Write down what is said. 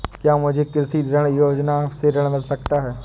क्या मुझे कृषि ऋण योजना से ऋण मिल सकता है?